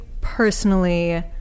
personally